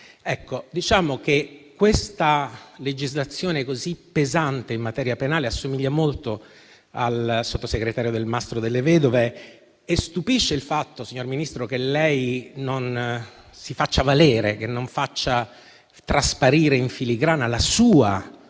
- non respirano. Questa legislazione così pesante in materia penale assomiglia molto al sottosegretario Delmastro Delle Vedove e stupisce il fatto, signor Ministro, che lei non si faccia valere, che non faccia trasparire in filigrana la sua visione